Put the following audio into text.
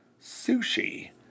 sushi